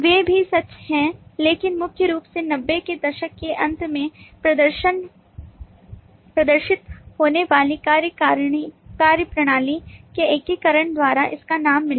वे भी सच हैं लेकिन मुख्य रूप से 90 के दशक के अंत में प्रदर्शित होने वाली कार्यप्रणाली के एकीकरण द्वारा इसका नाम मिला